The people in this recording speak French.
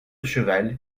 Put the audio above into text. cheval